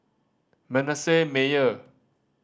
Manasseh Meyer